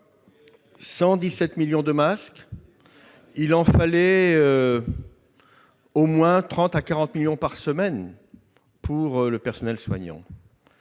117 millions !-, alors qu'il en fallait au moins 30 à 40 millions par semaine pour le seul personnel soignant.